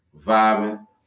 vibing